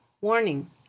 Warning